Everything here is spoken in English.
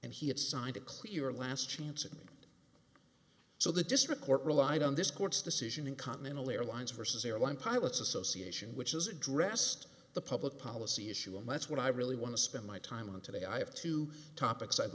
and he had signed a clear last chance of me so the district court relied on this court's decision in continental airlines versus airline pilots association which has addressed the public policy issue and that's what i really want to spend my time on today i have two topics i'd